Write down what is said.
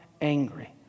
angry